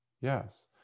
Yes